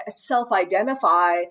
self-identify